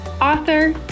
author